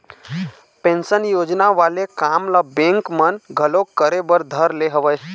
pension योजना वाले काम ल बेंक मन घलोक करे बर धर ले हवय